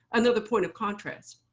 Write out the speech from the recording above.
another point of contrast.